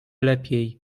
lepiej